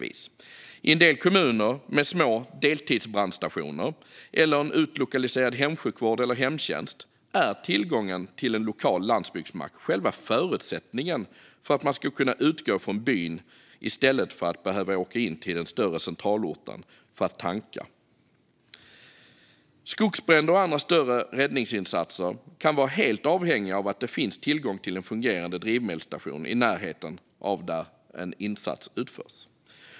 I en del kommuner med exempelvis små deltidsbrandstationer eller en utlokaliserad hemsjukvård och hemtjänst är tillgången till en lokal landsbygdsmack själva förutsättningen för att man ska kunna utgå från byn i stället för att behöva åka in till den större centralorten för att tanka. Släckning av skogsbränder och andra större räddningsinsatser kan vara helt avhängiga av att det finns tillgång till en fungerande drivmedelsstation i närheten av den plats där en insats utförs.